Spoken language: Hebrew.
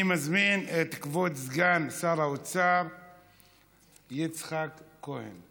אני מזמין את כבוד סגן שר האוצר יצחק כהן.